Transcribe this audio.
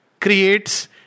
creates